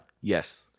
Yes